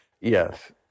yes